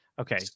okay